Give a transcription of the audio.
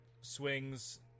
swings